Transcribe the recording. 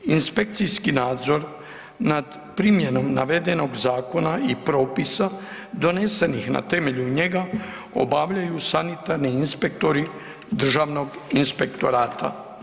Inspekcijski nadzor nad primjenom navedenog zakona i propisa donesenih na temelju njega obavljaju sanitarni inspektori Državnog inspektorata.